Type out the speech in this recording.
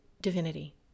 divinity